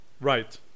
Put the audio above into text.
Right